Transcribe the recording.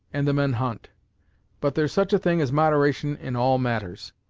and the men hunt but there's such a thing as moderation in all matters.